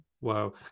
wow